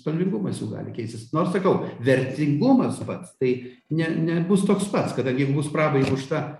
spalvingumas jų gali keistis nors sakau vertingumas pats tai ne ne bus toks pats kadangi jeigu bus praba įmušta